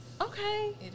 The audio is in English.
Okay